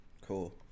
Cool